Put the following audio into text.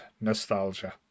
nostalgia